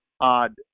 odd